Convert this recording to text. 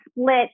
split